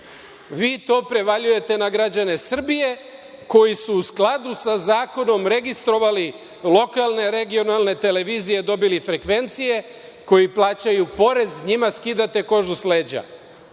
vi to prevaljujete na građane Srbije, koji su u skladu sa zakonom registrovali lokalne, regionalne televizije, dobili frekvencije, koji plaćaju porez, njima skidate kožu sa